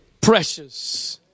precious